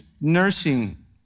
nursing